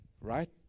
Right